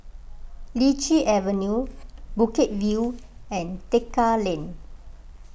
Lichi Avenue Bukit View and Tekka Lane